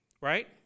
right